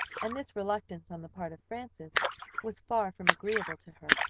and this reluctance on the part of frances was far from agreeable to her.